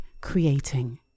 creating